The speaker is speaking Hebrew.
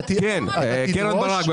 קרן ברק,